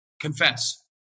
Confess